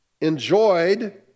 enjoyed